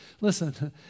Listen